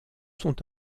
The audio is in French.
sont